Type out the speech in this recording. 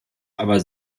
aber